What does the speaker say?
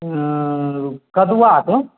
कदुआके